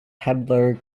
peddler